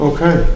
Okay